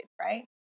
right